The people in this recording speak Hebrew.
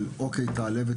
של לתת למישהו לעלות,